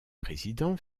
président